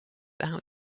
out